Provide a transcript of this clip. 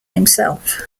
himself